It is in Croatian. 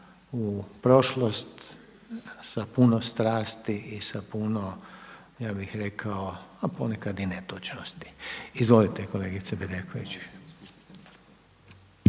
u prošlost sa puno strasti i sa puno ja bih rekao a ponekad i netočnosti. Izvolite kolegice Bedeković.